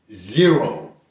Zero